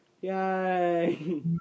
Yay